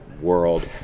world